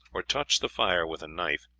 or touch the fire with a knife,